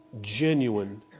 genuine